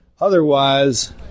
Otherwise